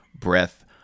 breath